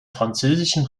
französischen